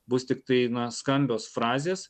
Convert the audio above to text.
bus tiktai na skambios frazės